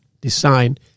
design